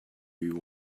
you